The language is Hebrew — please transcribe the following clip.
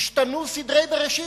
ישתנו סדרי בראשית.